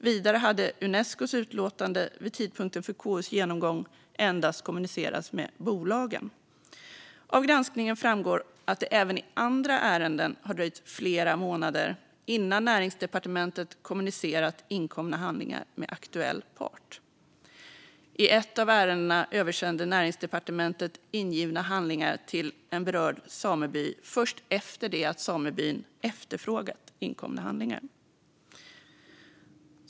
Vidare hade Unescos utlåtande vid tidpunkten för KU:s genomgång endast kommunicerats med bolagen. Av granskningen framgår att det även i andra ärenden har dröjt flera månader innan Näringsdepartementet kommunicerat inkomna handlingar med aktuell part. I ett av ärendena översände Näringsdepartementet ingivna handlingar till en berörd sameby först efter det att samebyn efterfrågat inkomna handlingar.